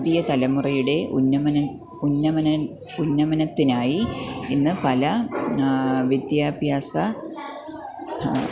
പുതിയ തലമുറയുടെ ഉന്നമന ഉന്നമന ഉന്നമനത്തിനായി ഇന്ന് പല വിദ്യാഭ്യാസ